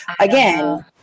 again